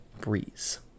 Breeze